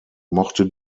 mochte